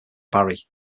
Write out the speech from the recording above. barrie